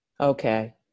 Okay